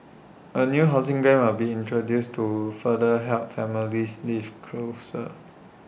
A new housing grant are being introduced to further help families live closer